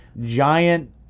giant